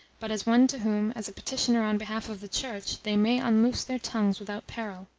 but as one to whom, as a petitioner on behalf of the church, they may unloose their tongues without peril.